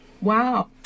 wow